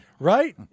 Right